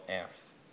earth